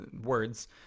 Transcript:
words